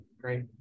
great